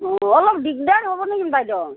অঁ অলপ দিগদাৰ হ'ব নেকি বাইদেউ